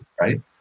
right